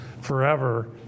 forever